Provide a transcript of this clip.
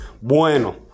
bueno